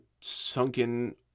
sunken